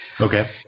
Okay